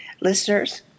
listeners